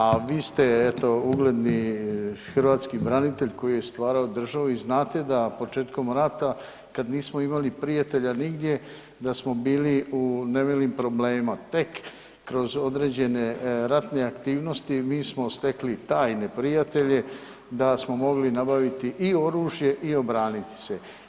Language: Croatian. A vi ste eto ugledni hrvatski branitelj koji je stvarao državu i znate da početkom rata kada nismo prijatelja nigdje da smo bili u nemilim problemima, tek kroz određene ratne aktivnosti mi smo stekli tajne prijatelje da smo mogli nabaviti i oružje i obraniti se.